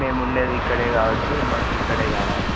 మేము ఉండేది ఇక్కడే కాబట్టి మాకు ఇక్కడే గావాలి